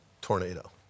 tornado